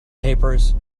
papers